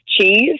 cheese